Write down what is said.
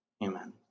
Amen